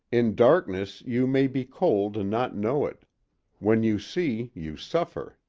in darkness you may be cold and not know it when you see, you suffer.